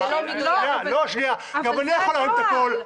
גם אני יכול להרים את הקול.